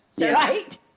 Right